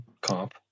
comp